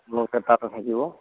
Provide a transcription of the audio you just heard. আপোনালোকে তাতে থাকিব